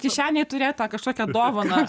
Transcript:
kišenėj turėt tą kažkokią dovaną